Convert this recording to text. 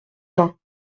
vingts